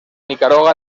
nicaragua